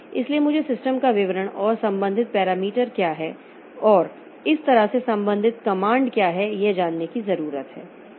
इसलिए मुझे सिस्टम का विवरण और संबंधित पैरामीटर क्या हैं और इस तरह से संबंधित कमांड क्या हैं यह जानने की जरूरत है